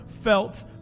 felt